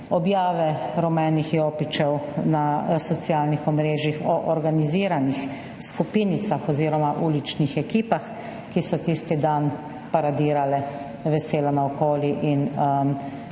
objave rumenih jopičev na socialnih omrežjih o organiziranih skupinicah oziroma uličnih ekipah, ki so tisti dan paradirale veselo naokoli in